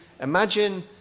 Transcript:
imagine